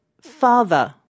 father